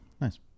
Nice